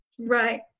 Right